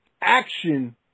Action